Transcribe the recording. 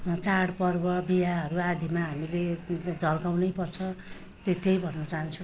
चाड पर्व बिहेहरू आदिमा हामीले झल्काउनै पर्छ त्यो त्यही भन्न चहान्छु